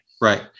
Right